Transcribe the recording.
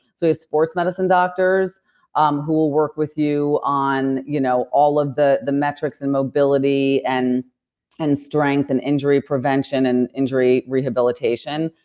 so sports medicine doctors um who will work with you on you know all of the the metrics and mobility and and strength and injury prevention and injury rehabilitation.